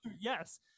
yes